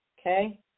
Okay